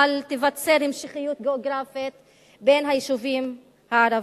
בל תיווצר המשכיות גיאוגרפית בין היישובים הערביים.